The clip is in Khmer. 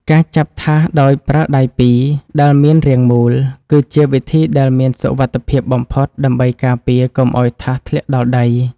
ការចាប់ថាសដោយប្រើដៃពីរដែលមានរាងមូល គឺជាវិធីដែលមានសុវត្ថិភាពបំផុតដើម្បីការពារកុំឱ្យថាសធ្លាក់ដល់ដី។